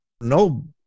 No